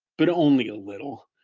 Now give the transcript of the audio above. but only a little.